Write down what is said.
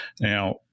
Now